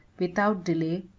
without delay,